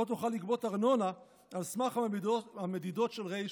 לא תוכל לגבות ארנונה על סמך המדידות של ר',